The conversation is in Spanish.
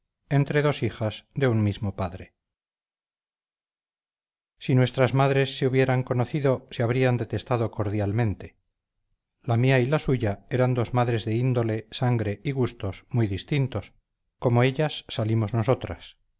entre dos hijas de un mismo padre si nuestras madres se hubieran conocido se habrían detestado cordialmente la mía y la suya eran dos madres de índole sangre y gustos muy distintos como ellas salimos nosotras